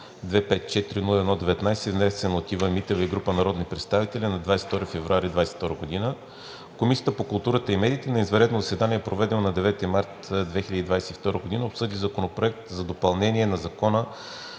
47-254-01-19, внесен от Ива Митева и група народни представители на 22 февруари 2022 г. Комисията по културата и медиите на извънредно заседание, проведено на 9 март 2022 г., обсъди Законопроект за допълнение на Закона